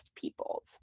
people's